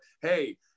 hey